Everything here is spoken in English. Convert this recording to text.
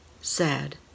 sad